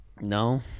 no